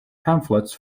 pamphlets